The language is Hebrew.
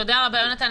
תודה רבה, יונתן.